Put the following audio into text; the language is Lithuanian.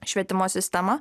švietimo sistemą